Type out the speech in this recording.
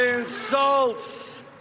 Insults